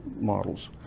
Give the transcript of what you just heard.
models